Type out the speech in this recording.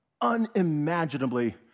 unimaginably